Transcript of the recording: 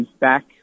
back